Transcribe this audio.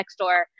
Nextdoor